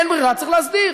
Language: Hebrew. אין ברירה, צריך להסדיר.